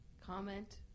comment